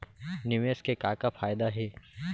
निवेश के का का फयादा हे?